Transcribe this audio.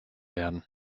werden